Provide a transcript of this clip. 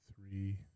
three